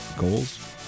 Goals